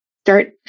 start